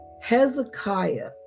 hezekiah